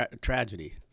tragedy